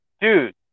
dude